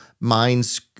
minds